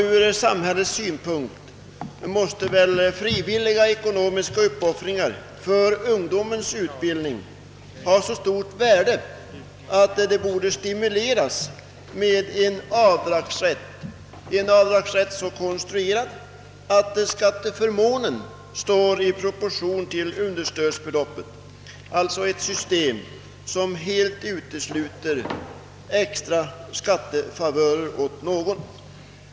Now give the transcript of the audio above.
Ur samhällets synpunkt måste väl frivilliga ekonomiska uppoffringar för ungdomens utbildning ha så stort värde att de borde stimuleras med en avdragsrätt så konstruerad att skatteförmånen står i proportion till understödsbeloppet — alltså ett system som helt utesluter extra skattefavörer åt någon.